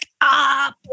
up